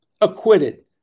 acquitted